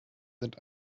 sind